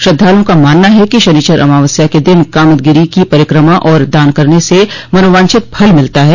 श्रद्धालुओं का मानना है कि शनिश्चरी अमावस्या क दिन कामदगिरि की परिक्रमा और दान करने से मनोवांछित फल मिलता है